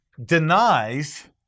denies